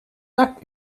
neck